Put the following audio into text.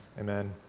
Amen